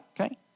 Okay